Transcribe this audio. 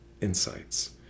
insights